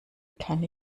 kann